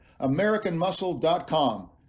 AmericanMuscle.com